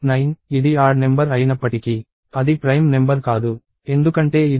9 ఇది odd number అయినప్పటికీ అది ప్రైమ్ నెంబర్ కాదు ఎందుకంటే ఇది 33 మరియు మొదలైనవి